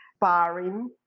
barring